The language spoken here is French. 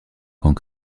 quand